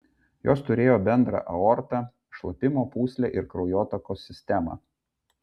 jos turėjo bendrą aortą šlapimo pūslę ir kraujotakos sistemą